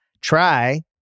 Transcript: Try